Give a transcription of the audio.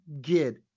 get